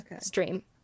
stream